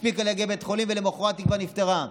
הספיקה להגיע לבית חולים ולמוחרת היא כבר נפטרה.